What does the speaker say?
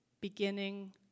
beginning